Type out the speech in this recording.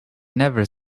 never